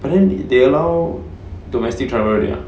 but then they allow domestic travel already ah